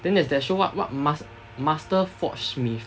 then there is that show what what mast~ master forge smith uh